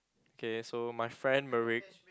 okay so my friend Merek